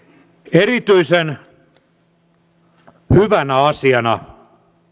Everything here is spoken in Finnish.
erityisen hyvänä asiana